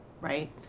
right